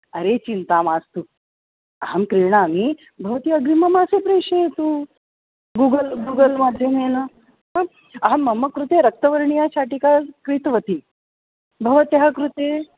अरे चिन्ता मास्तु अहं क्रीणामि भवती अग्रिममासे प्रेषयतु गूगल् गूगल् माध्यमेन अहं मम कृते रक्तवर्णीया शाटिका क्रीतवती भवत्याः कृते